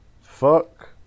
Fuck